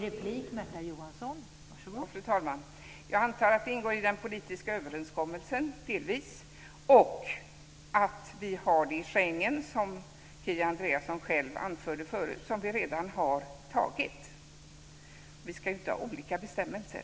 Fru talman! Jag antar att det delvis ingår i den politiska överenskommelsen. Vi har det i Schengenavtalet - som Kia Andreasson själv anförde förut - som vi redan har tagit. Vi ska ju inte ha olika bestämmelser.